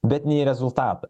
bet ne į rezultatą